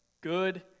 good